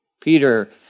Peter